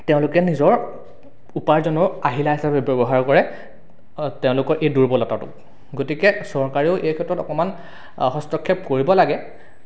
তেওঁলোকে নিজৰ উপাৰ্জনৰ আহিলা হিচাপে ব্যৱহাৰ কৰে তেওঁলোকৰ দুৰ্বলতাটোক গতিকে চৰকাৰেও এই ক্ষেত্ৰত অকণমান হস্তক্ষেপ কৰিব লাগে